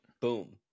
Boom